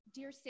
Dear